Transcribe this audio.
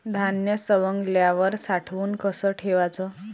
धान्य सवंगल्यावर साठवून कस ठेवाच?